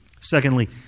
Secondly